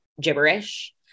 gibberish